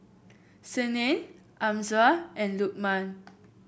Senin Amsyar and Lukman